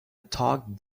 taught